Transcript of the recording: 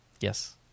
Yes